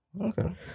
Okay